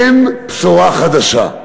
אין בשורה חדשה.